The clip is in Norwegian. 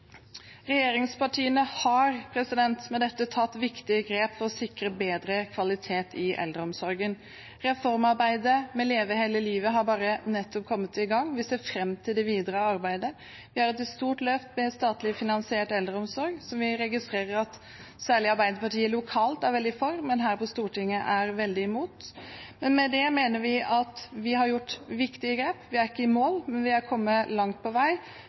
Regjeringspartiene har med dette tatt viktige grep for å sikre bedre kvalitet i eldreomsorgen. Reformarbeidet med Leve hele livet har bare nettopp kommet i gang. Vi ser fram til det videre arbeidet. Vi har et stort løft med statlig finansiert eldreomsorg, som vi registrerer at særlig Arbeiderpartiet lokalt er veldig for, men her på Stortinget er veldig imot. Med det mener vi at vi har tatt viktige grep. Vi er ikke i mål, men vi har kommet langt på vei.